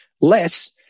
less